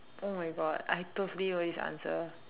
oh my god I totally know this answer